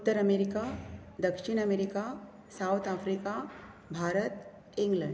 उत्तर अमेरीका दक्षीण America South Africa Bharat England